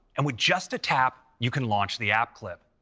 and with just a tap, you can launch the app clip.